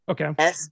okay